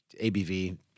ABV